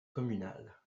communale